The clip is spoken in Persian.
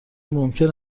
ممکن